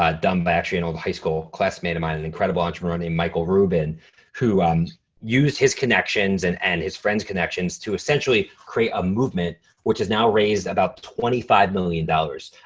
ah done by actually an old high school classmate of mine, an incredible entrepreneur named michael rubin who um used his connections and and his friends' connections to essentially create a movement which has now raised about twenty five million dollars.